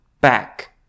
back